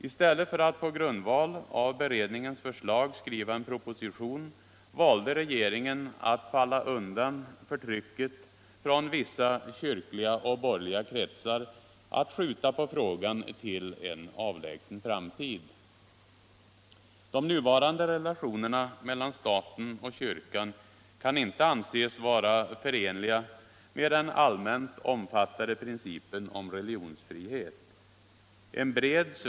I stället för att på grundval av beredningens förslag skriva en proposition valde regeringen att falla undan för trycket från vissa kyrkliga och borgerliga kretsar och att skjuta på frågan till en avlägsen framtid. De nuvarande relationerna mellan staten och kyrkan kan inte anses vara förenliga med den allmänt omfattade principen om religionsfrihet.